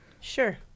Sure